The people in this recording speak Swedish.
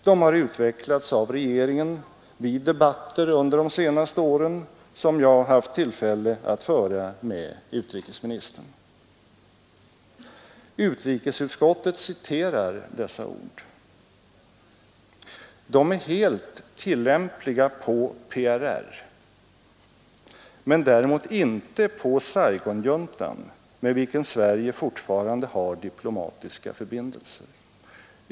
De har utvecklats av regeringen vid debatter under de senaste åren som jag haft tillfälle att föra med utrikesministern. Utrikesutskottet citerar dessa ord. De är helt tillämpliga på PRR men däremot inte på Saigonjuntan med vilken Sverige fortfarande har diplomatiska förbindelser.